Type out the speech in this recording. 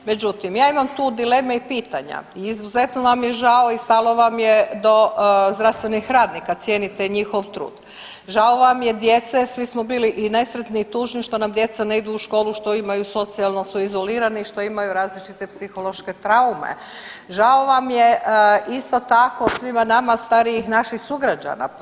Međutim, ja imam tu dileme i pitanja i izuzetno vam je žao i stalo vam je do zdravstvenih radnika, cijenite njihov trud, žao vam je djece, svi smo bili i nesretni i tužni što nam djeca ne idu u školu, što imaju, socijalno su izolirani što imaju različite psihološke traume, žao vam je isto tako svima nama starijih naših sugrađana.